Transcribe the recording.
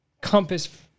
Compass